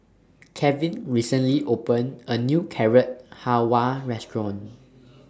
Kevin recently opened A New Carrot Halwa Restaurant